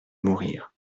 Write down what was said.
mourir